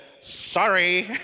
sorry